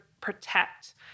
protect